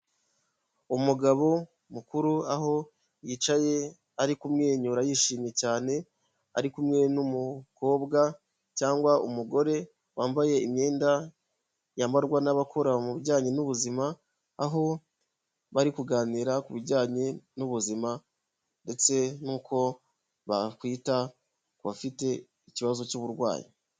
Umugabo mukuru, aho yicaye ari kumwenyura yishimye cyane, ari kumwe n'umukobwa cyangwa umugore, wambaye imyenda yambarwa n'abakora mu bijyanye n'ubuzima, aho bari kuganira ku bijyanye n'ubuzima, ndetse n'uko bakwita ku bafite, ikibazo cy'uburwayi.